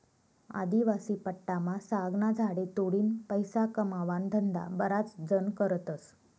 आदिवासी पट्टामा सागना झाडे तोडीन पैसा कमावाना धंदा बराच जण करतस